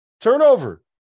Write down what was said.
Turnover